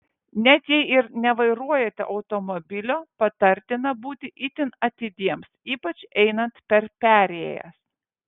net jei ir nevairuojate automobilio patartina būti itin atidiems ypač einant per perėjas